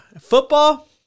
Football